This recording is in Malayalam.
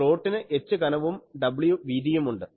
സ്ലോട്ടിന് h കനവും w വീതിയുമുണ്ട്